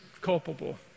culpable